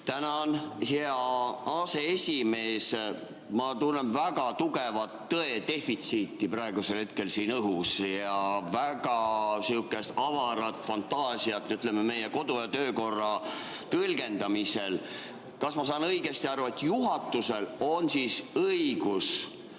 Tänan, hea aseesimees! Ma tunnen väga tugevat tõe defitsiiti praegusel hetkel siin õhus ja sihukest väga avarat fantaasiat meie kodu- ja töökorra tõlgendamisel. Kas ma saan õigesti aru, et juhatusel on õigus